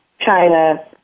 China